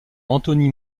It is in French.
anthony